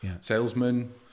salesman